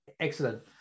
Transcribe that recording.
Excellent